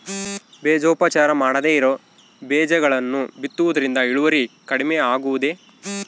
ಬೇಜೋಪಚಾರ ಮಾಡದೇ ಇರೋ ಬೇಜಗಳನ್ನು ಬಿತ್ತುವುದರಿಂದ ಇಳುವರಿ ಕಡಿಮೆ ಆಗುವುದೇ?